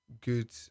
good